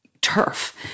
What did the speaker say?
turf